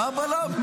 מה הבלם?